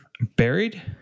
buried